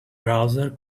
browser